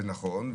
זה נכון,